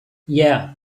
yeah